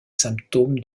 symptômes